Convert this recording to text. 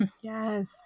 Yes